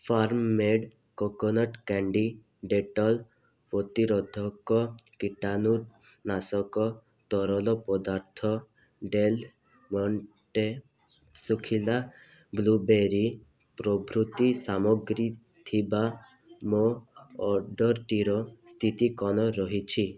farm made coconut candy Dettol ପ୍ରତିରୋଧକ କୀଟାଣୁନାଶକ ତରଳ ପଦାର୍ଥ ଡେଲ୍ ମଣ୍ଟେ ଶୁଖିଲା ବ୍ଲୁବେରୀ ପ୍ରଭୃତି ସାମଗ୍ରୀ ଥିବା ମୋ ଅର୍ଡ଼ର୍ଟିର ସ୍ଥିତି କ'ଣ ରହିଛି